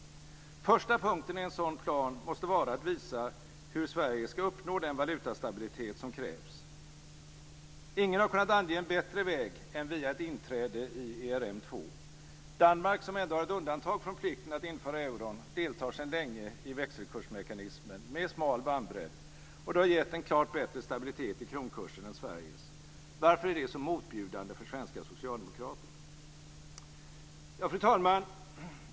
Första punkten i en sådan plan måste vara att visa hur Sverige ska uppnå den valutastabilitet som krävs. Ingen har kunnat ange en bättre väg än via ett inträde i ERM 2. Danmark, som ändå har ett undantag från plikten att införa euron, deltar sedan länge i växelkursmekanismen med smal bandbredd, och det har gett en klart bättre stabilitet i kronkursen än Sveriges. Varför är det så motbjudande för svenska socialdemokrater? Fru talman!